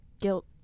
guilt